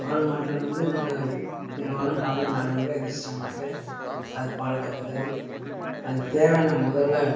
பால் மாட்டில் வந்து நாங்கள் பெரும்பாலும் காலையில் நாலு மணிக்கேலாம் எழுந்திரிச்சிட்டோம்னாக்க அது பால் கறந்து அதுக்கு தேவையான முதல்ல